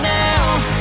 now